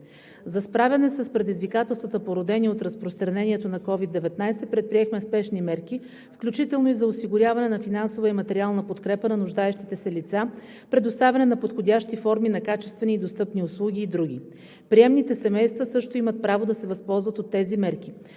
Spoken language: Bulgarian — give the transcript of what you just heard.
За справяне с предизвикателствата, породени от разпространението на COVID-19, предприехме спешни мерки, включително и за осигуряване на финансова и материална подкрепа на нуждаещите се лица, предоставяне на подходящи форми на качествени и достъпни услуги, и други. Приемните семейства също имат право да се възползват от тези мерки.